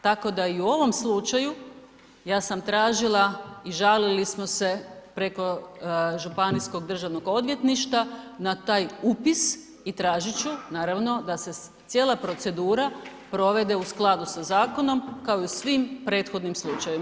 Tako da i u ovom slučaju, ja sam tražila i žalili smo se preko Županijskog državnog odvjetništva, na taj upis i tražit ću, naravno da se cijela procedura provede u skladu sa zakonom, kao i u svim prethodnim slučajevima.